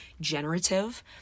generative